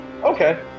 Okay